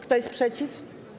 Kto jest przeciw?